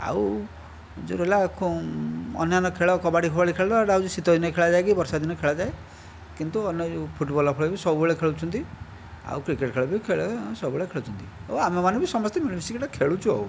ଆଉ ଯେଉଁ ରହିଲା ଅନ୍ୟାନ୍ୟ ଖେଳ କବାଡ଼ି ଫବାଡ଼ି ଖେଳ ତ ସେଇଟା ହେଉଛି ଶୀତଦିନେ ଖେଳାଯାଏ କି ବର୍ଷାଦିନେ ଖେଳାଯାଏ କିନ୍ତୁ ଅନ୍ୟ ଯେଉଁ ଫୁଟବଲ୍ ଖେଳ ବି ସବୁବେଳେ ଖେଳୁଛନ୍ତି ଆଉ କ୍ରିକେଟ୍ ଖେଳ ବି ଖେଳେ ହଁ ସବୁବେଳେ ଖେଳୁଛନ୍ତି ଓ ଆମେମାନେ ବି ସମସ୍ତେ ମିଳିମିଶିକି ଗୋଟିଏ ଖେଳୁଛୁ ଆଉ